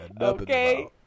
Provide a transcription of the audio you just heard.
Okay